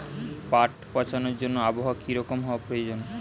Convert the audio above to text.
পাট পচানোর জন্য আবহাওয়া কী রকম হওয়ার প্রয়োজন?